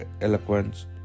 eloquence